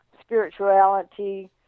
spirituality